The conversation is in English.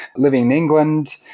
living in england.